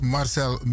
Marcel